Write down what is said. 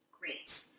great